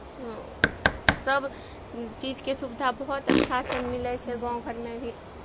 सब चीजके सुविधा बहुत अच्छा से मिलै छै गाँव घरमे भी